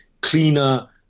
cleaner